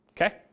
Okay